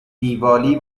دیوالی